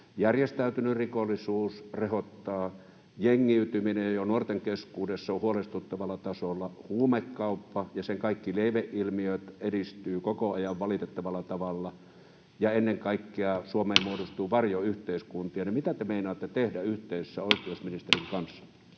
järjestäytynyt rikollisuus rehottaa, jengiytyminen jo nuorten keskuudessa on huolestuttavalla tasolla, huumekauppa ja sen kaikki lieveilmiöt edistyvät koko ajan valitettavalla tavalla, ja ennen kaikkea Suomeen muodostuu varjoyhteiskuntia, niin mitä te meinaatte tehdä yhteistyössä oikeusministerin kanssa?